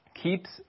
keeps